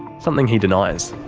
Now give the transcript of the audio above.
something he denies.